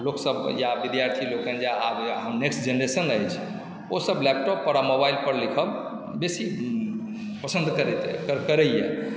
लोकसभ या विद्यार्थी लोकनि जे आब नेक्स्ट जेनेरेशन ओसभ लैपटॉपपर आ मोबाइलपर लिखब बेशी पसन्द करैत करैए